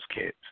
kids